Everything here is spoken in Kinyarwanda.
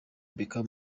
beckham